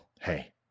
hey